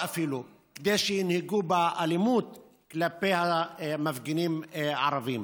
כדי שינהגו באלימות כלפי המפגינים הערבים,